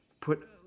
put